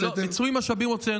הוצאנו מיצוי משאבים,